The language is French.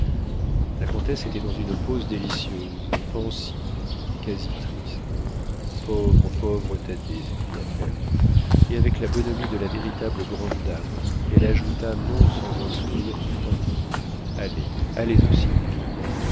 la comtesse était dans une pose délicieuse pensive quasi triste pauvre pauvre thaddée s'écria-t-elle et avec la bonhomie de la véritable grande dame elle ajouta non sans un sourire fin allez allez au cirque